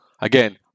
again